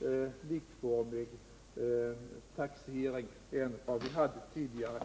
och likformig taxering än vi hade tidigare.